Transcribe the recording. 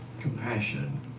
compassion